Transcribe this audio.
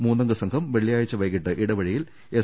മൂന്നംഗ സംഘം വെള്ളിയാഴ്ച വൈകിട്ട് ഇടവഴിയിൽ എസ്